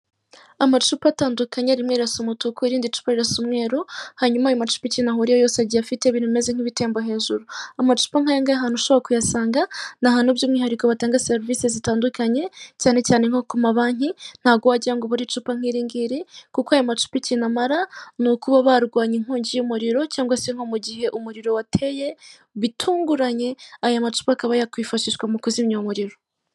Amacupa atandukanye rimwe rirasa umutuku irindi cupa rirasa umweru hanyuma ayo macupa ikintu ahureyo yose agiye afite ibintu bimeze nk'ibitemba hejuru, amacupa nk'ayangaya ahantu ushobora kuyasanga ni ahantu by'umwihariko batanga serivisi zitandukanye cyane cyane ku ma banki ntago wajyayo ngo ubure icupa nk'iringiri. Kuko aya macupa ikintu amara ni ukuba barwanya inkongi y'umuriro cyangwa se nko mu gihe umuriro wateye bitunguranye, aya macupa akaba yakwifashishwa mu kuzimya umuriro.